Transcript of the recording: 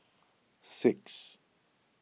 six